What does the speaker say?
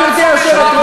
גברתי היושבת-ראש,